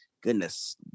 goodness